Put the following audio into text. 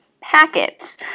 packets